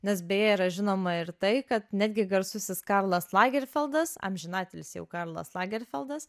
nes beje yra žinoma ir tai kad netgi garsusis karlas lagerfeldas amžinatilsį karlas lagerfeldas